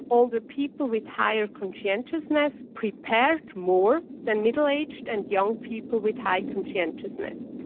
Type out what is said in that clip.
older people with higher conscientiousness prepared more than middle-aged and young people with high conscientiousness.